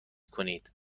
کنید